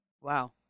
Wow